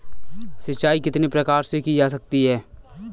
सिंचाई कितने प्रकार से की जा सकती है?